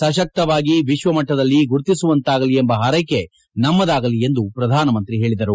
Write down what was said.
ಸಶಕ್ತವಾಗಿ ವಿಶ್ವಮಟ್ಟದಲ್ಲಿ ಗುರುತಿಸುವಂತಾಗಲಿ ಎಂಬ ಹಾರೈಕೆ ನಮ್ಮದಾಗಲಿ ಎಂದು ಪ್ರಧಾನಮಂತ್ರಿ ಹೇಳಿದರು